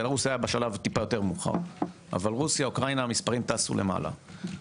בלרוס היה בשלב טיפה יותר מאוחר אבל רוסיה ואוקראינה המספרים טסו למעלה.